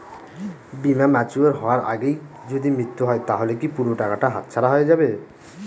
বীমা ম্যাচিওর হয়ার আগেই যদি মৃত্যু হয় তাহলে কি পুরো টাকাটা হাতছাড়া হয়ে যাবে?